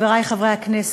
חברי חברי הכנסת,